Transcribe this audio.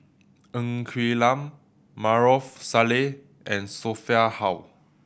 Ng Quee Lam Maarof Salleh and Sophia Hull